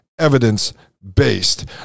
evidence-based